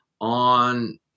on